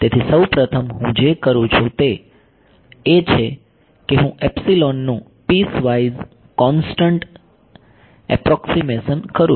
તેથી સૌ પ્રથમ હું જે કરું છું તે એ છે કે હું એપ્સીલોનનું પીસવાઇઝ કોન્સ્ટન્ટ એપોક્સિમેશન કરું છું